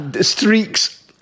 streaks